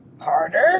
harder